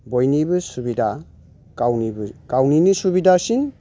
बयनिबो सुबिदा गावनिबो गावनिनो सुबिदासिन